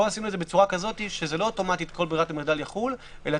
פה עשינו את זה כך שלא כל ברירת המחדל תחול אוטומטית